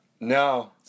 No